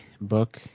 book